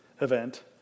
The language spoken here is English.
event